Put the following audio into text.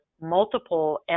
multiple